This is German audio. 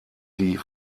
die